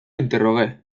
interrogué